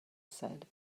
said